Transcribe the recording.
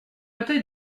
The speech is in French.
bataille